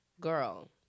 Girl